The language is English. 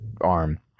arm